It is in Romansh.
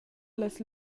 las